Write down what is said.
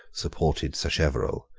supported sacheverell,